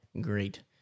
great